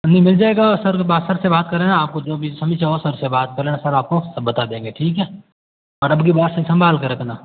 जी मिल जाएगा तो आप सर से बात सर से बात कर लेना आपको जो भी सभी चाहो सर से बात कर लेना सर आपको सब बता देंगे ठीक है और अबकी बार से संभाल के रखना